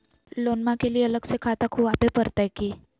लोनमा के लिए अलग से खाता खुवाबे प्रतय की?